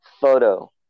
photo